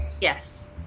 yes